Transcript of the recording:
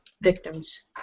victims